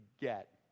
get